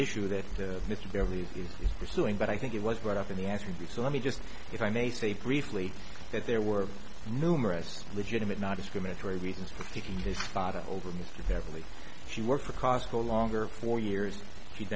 issue that mr beverly is pursuing but i think it was brought up in the answer to the so let me just if i may say briefly that there were numerous legitimate not discriminatory reasons for taking his father over mr beverly she worked for costco longer for years she's